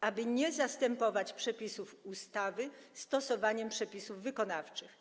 aby nie zastępować przepisów ustawy stosowaniem przepisów wykonawczych.